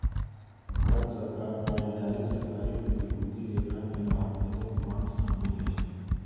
भारत सरकार द्वारा जारी सरकारी प्रतिभूति जेकरा मे राहत बचत बांड शामिल हइ